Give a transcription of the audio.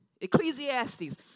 Ecclesiastes